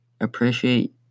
appreciate